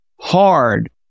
hard